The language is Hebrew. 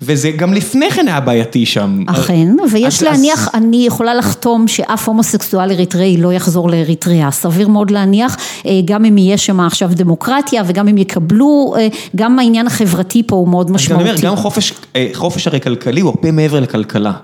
וזה גם לפני כן היה בעייתי שם. אכן, ויש להניח, אני יכולה לחתום שאף הומוסקסואל אריתראי לא יחזור לאריתריאה. סביר מאוד להניח, גם אם יהיה שם עכשיו דמוקרטיה, וגם אם יקבלו, גם העניין החברתי פה הוא מאוד משמעותי. לכן אני אומר גם, חופש הרי, כלכלי, הוא הרבה מעבר לכלכלה.